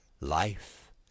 life